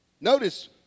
Notice